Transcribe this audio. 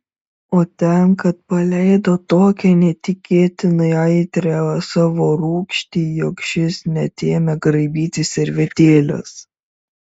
o ten kad paleido tokią neįtikėtinai aitrią savo rūgštį jog šis net ėmė graibytis servetėlės